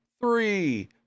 three